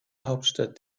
hauptstadt